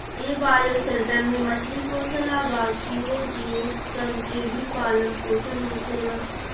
ए bioshelter में मछली पोसल आ बाकिओ जीव सन के भी पालन पोसन होखेला